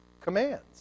commands